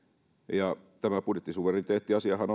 ja tämä budjettisuvereniteettiasiahan